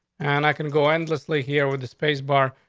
and i can go endlessly here with the space bar.